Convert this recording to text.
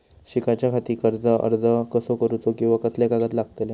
शिकाच्याखाती कर्ज अर्ज कसो करुचो कीवा कसले कागद लागतले?